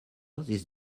this